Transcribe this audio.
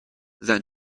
than